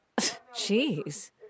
Jeez